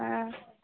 ꯑꯥ